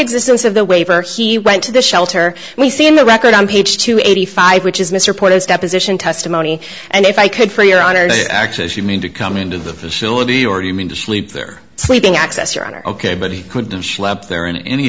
existence of the waiver he went to the shelter we see in the record on page two eighty five which is mr porter's deposition testimony and if i could for your honor to access you mean to come into the facility or you mean to sleep there sleeping access your honor ok but he couldn't schlep there in any